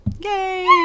Yay